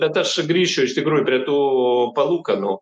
bet aš grįšiu iš tikrųjų prie tų palūkanų